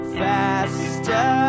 faster